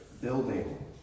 building